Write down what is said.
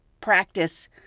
practice